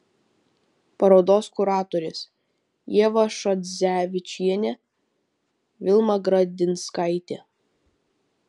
parodos kuratorės ieva šadzevičienė vilma gradinskaitė